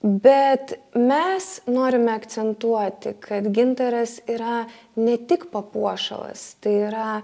bet mes norime akcentuoti kad gintaras yra ne tik papuošalas tai yra